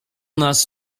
nas